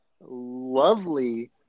lovely